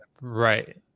right